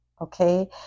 okay